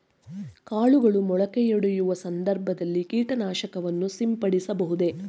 ಕಾಳುಗಳು ಮೊಳಕೆಯೊಡೆಯುವ ಸಂದರ್ಭದಲ್ಲಿ ಕೀಟನಾಶಕವನ್ನು ಸಿಂಪಡಿಸಬಹುದೇ?